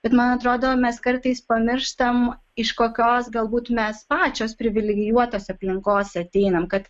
bet man atrodo mes kartais pamirštam iš kokios galbūt mes pačios privilegijuotos aplinkos ateinam kad